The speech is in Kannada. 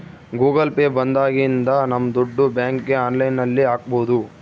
ಗೂಗಲ್ ಪೇ ಬಂದಾಗಿನಿಂದ ನಮ್ ದುಡ್ಡು ಬ್ಯಾಂಕ್ಗೆ ಆನ್ಲೈನ್ ಅಲ್ಲಿ ಹಾಕ್ಬೋದು